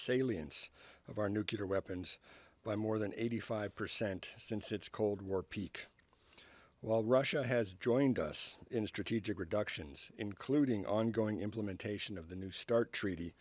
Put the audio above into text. salience of our nuclear weapons by more than eighty five percent since its cold war peak well russia has joined us in strategic productions including ongoing implementation of the new start treaty